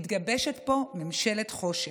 מתגבשת פה ממשלת חושך.